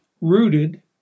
Rooted